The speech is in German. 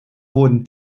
wurden